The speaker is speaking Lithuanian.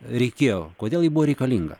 reikėjo kodėl ji buvo reikalinga